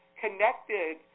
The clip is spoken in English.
connected